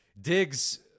Diggs